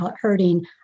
hurting